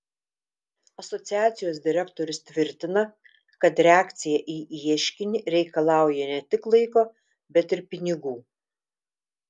asociacijos direktorius tvirtina kad reakcija į ieškinį reikalauja ne tik laiko bet ir pinigų